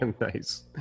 Nice